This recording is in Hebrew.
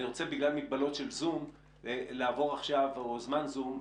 בגלל מגבלות של זום או זמן זום,